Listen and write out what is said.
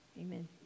Amen